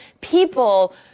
people